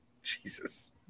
Jesus